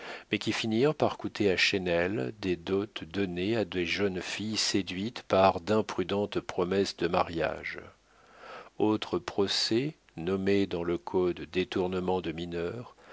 mais qui finirent par coûter à chesnel des dots données à des jeunes filles séduites par d'imprudentes promesses de mariage autres procès nommés dans le code détournements de mineures